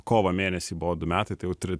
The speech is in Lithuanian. kovo mėnesį buvo du metai tai jau tri